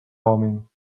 warming